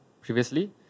previously